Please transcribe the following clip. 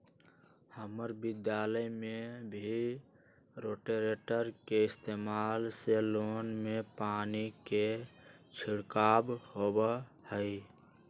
हम्मर विद्यालय में भी रोटेटर के इस्तेमाल से लोन में पानी के छिड़काव होबा हई